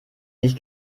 nicht